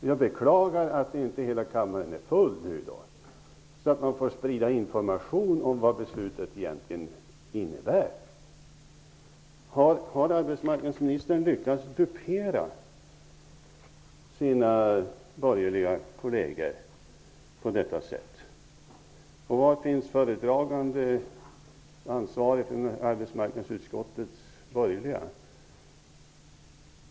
Jag beklagar att inte kammaren är full nu så att man får sprida information om vad beslutet egentligen kommer att innebära. Har arbetsmarknadsministern lyckats dupera sina borgerliga kolleger? Var finns arbetsmarknadsutskottets borgerliga företrädare?